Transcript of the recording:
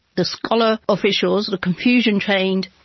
the scholar officials, the confucian trained,